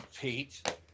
Pete